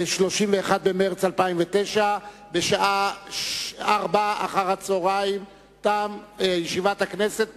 31 במרס 2009, בשעה 16:00. ישיבת הכנסת נעולה.